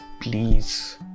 Please